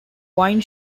wine